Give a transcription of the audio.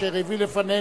אשר הביא לפנינו